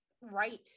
right